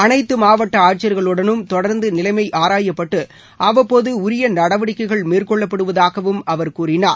அனைத்து மாவட்ட ஆட்சியர்களுடனும் தொடர்ந்து நிலைமை ஆராயப்பட்டு அவ்வப்போது உரிய நடவடிக்கைகள் மேற்கொள்ளப்படுவதாகவும் அவர் கூறினார்